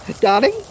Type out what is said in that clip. darling